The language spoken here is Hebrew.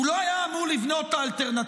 הוא לא היה אמור לבנות את האלטרנטיבה?